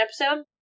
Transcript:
episode